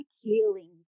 healing